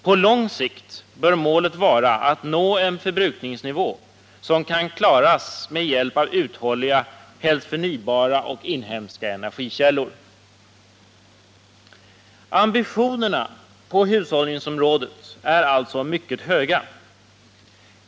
På lång sikt bör målet vara att nå en förbrukningsnivå som kan klaras med hjälp av uthålliga, helst förnybara och inhemska energikällor. Ambitionerna på hushållningsområdet är alltså mycket höga.